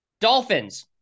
Dolphins